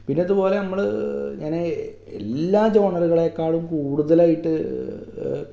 പിന്നതുപോലെ നമ്മൾ ഞാൻ എല്ലാ തോന്നലുകളെക്കാളും കൂടുതലായിട്ട്